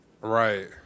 Right